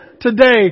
today